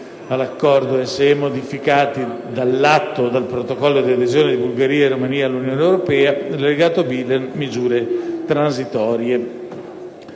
all'Accordo SEE modificati dall'Atto o dal Protocollo di adesione di Bulgaria e Romania all'Unione europea; l'Allegato B contiene le misure transitorie